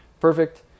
perfect